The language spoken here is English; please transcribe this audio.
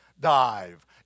dive